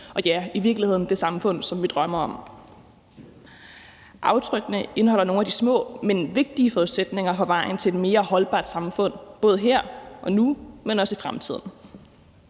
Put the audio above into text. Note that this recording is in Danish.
og ja, i virkeligheden det samfund, som vi drømmer om. Aftrykkene indeholder nogle af de små, men vigtige forudsætninger på vejen til et mere holdbart samfund, både her og nu, men også i fremtiden.